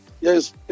Yes